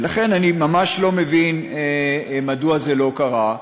ולכן אני ממש לא מבין מדוע זה לא קרה,